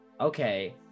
okay